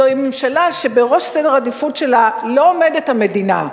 זוהי ממשלה שבראש סדר העדיפויות שלה לא עומדת המדינה,